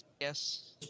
Yes